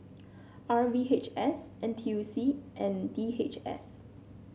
R V H S N T U C and D H S